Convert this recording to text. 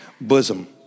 bosom